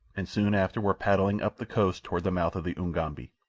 and soon after were paddling up the coast toward the mouth of the ugambi.